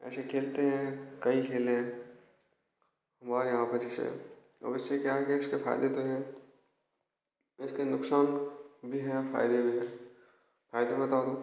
ऐसे ही खेलते हैं कई खेलें हमारे यहाँ पे जैसे अब इस से क्या है कि इसके फायदे तो हैं इसके नुकसान भी हैं फायदे भी हैं फायदे बताऊँ तो